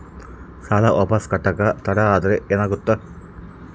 ಸಾಲ ವಾಪಸ್ ಕಟ್ಟಕ ತಡ ಆದ್ರ ಏನಾಗುತ್ತ?